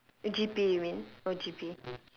G_P you mean oh G_P